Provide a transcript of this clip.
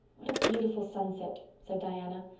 what a beautiful sunset, said diana.